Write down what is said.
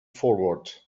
forward